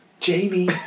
Jamie